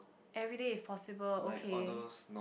everyday is possible okay